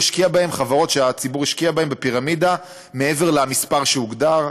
החברות שהציבור השקיע בהן בפירמידה מעבר למספר שהוגדר.